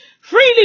freely